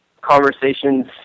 conversations